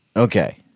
Okay